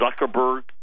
Zuckerberg